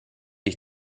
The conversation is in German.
ich